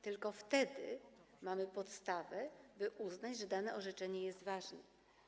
Tylko wtedy mamy podstawę, by uznać, że dane orzeczenie jest ważne.